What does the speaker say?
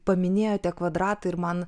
paminėjote kvadratą ir man